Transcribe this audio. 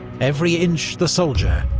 every inch the soldier,